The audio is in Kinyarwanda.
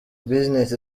business